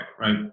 right